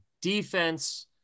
defense